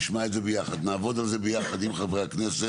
נשמע את זה ביחד, נעבוד על זה ביחד עם חברי הכנסת